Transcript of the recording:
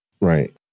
Right